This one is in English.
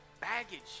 baggage